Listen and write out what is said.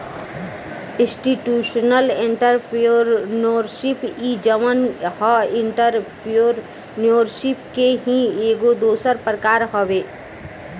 institutional entrepreneurship इ जवन ह एंटरप्रेन्योरशिप के ही एगो दोसर प्रकार हवे